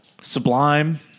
sublime